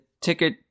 ticket